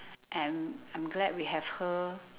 and I'm glad we have her